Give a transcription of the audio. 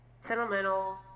sentimental